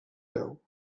veu